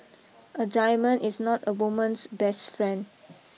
a diamond is not a woman's best friend